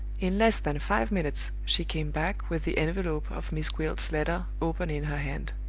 in less than five minutes she came back with the envelope of miss gwilt's letter open in her hand.